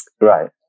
Right